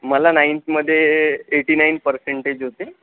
मला नाइंथमध्ये eighty nine percentage होते